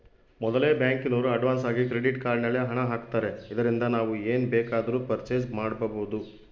ಮೊದಲೆ ಬ್ಯಾಂಕಿನೋರು ಅಡ್ವಾನ್ಸಾಗಿ ಕ್ರೆಡಿಟ್ ಕಾರ್ಡ್ ನಲ್ಲಿ ಹಣ ಆಗ್ತಾರೆ ಇದರಿಂದ ನಾವು ಏನ್ ಬೇಕಾದರೂ ಪರ್ಚೇಸ್ ಮಾಡ್ಬಬೊದು